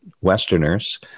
Westerners